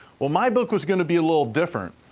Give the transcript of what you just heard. well, my book was gonna be a little different.